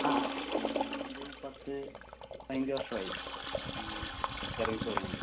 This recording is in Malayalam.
ആ ആ ഞാനൊരു പത്ത് പതിനഞ്ച് വർഷമായി സർവീസ് തുടങ്ങിയിട്ട്